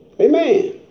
Amen